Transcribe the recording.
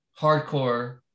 hardcore